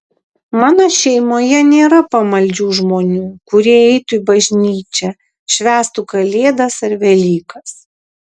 mano šeimoje nėra pamaldžių žmonių kurie eitų į bažnyčią švęstų kalėdas ar velykas